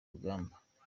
rugamba